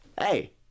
Hey